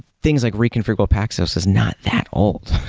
things like reconfigurable paxos is not that old.